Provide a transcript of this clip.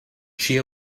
she